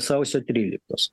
sausio tryliktos